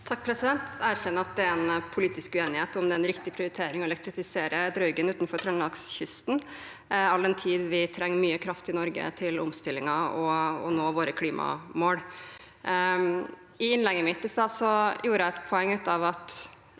(MDG) Jeg erkjenner at det er en politisk uenighet om hvorvidt det er en riktig prioritering å elektrifisere Draugen utenfor Trøndelagskysten, all den tid vi trenger mye kraft i Norge til omstillingen og for å nå våre klimamål. I innlegget mitt i stad gjorde jeg et poeng av at